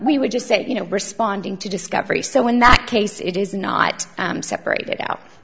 we would just say you know responding to discovery so in that case it is not separated out